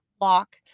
walk